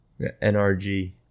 NRG